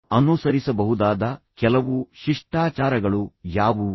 ಅನುಸರಿಸಬಹುದಾದ ಕೆಲವು ಶಿಷ್ಟಾಚಾರಗಳು ಯಾವುವು